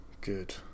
Good